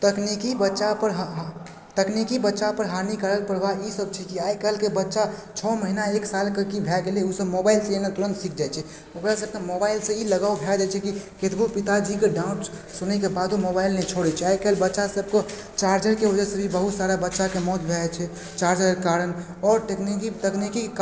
तकनीकि बच्चापर तकनीकि बच्चापर हानिकारक प्रभाव ईसभ छै की आइकाल्हि के बच्चा छओ महीना एक सालके की भै गेलै ओसभ मोबाइल चलेनाइ तुरन्त सिख जाइत छै ओकरासभकेँ मोबाइलसँ ई लगाव भए जाइ छै की कतबो पिताजीके डाँट सुनयके बादो मोबाइल नहि छोड़य छै आइकाल्हि बच्चासभके चार्जरके वजहसँ भी बहुत सारा बच्चाके मौत भऽ जाइत छै चार्जरके कारण आओर तकनीकि तकनीकि